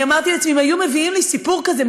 ואני אמרתי לעצמי: אם היו מביאים לי סיפור כזה,